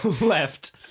left